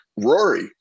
rory